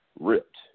ripped